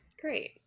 Great